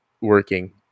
working